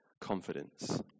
confidence